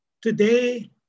today